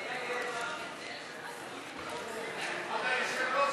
ההסתייגות (45)